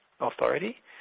authority